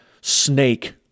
snake